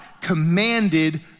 commanded